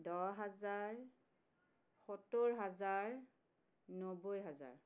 দহ হাজাৰ সত্তৰ হাজাৰ নব্বৈ হাজাৰ